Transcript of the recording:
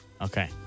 Okay